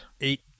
eight